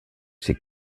ses